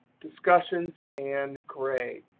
discussions and grade.